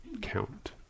count